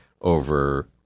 over